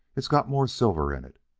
it's got more silver in it.